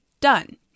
Done